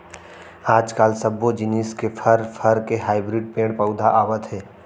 आजकाल सब्बो जिनिस के फर, फर के हाइब्रिड पेड़ पउधा आवत हे